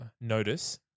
notice